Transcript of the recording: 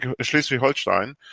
Schleswig-Holstein